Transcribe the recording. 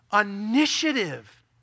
Initiative